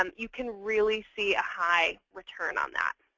um you can really see a high return on that.